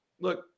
Look